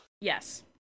Yes